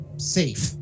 safe